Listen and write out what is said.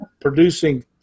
producing